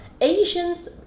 Asians